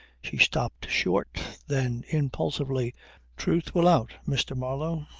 she stopped short, then impulsively truth will out, mr. marlow.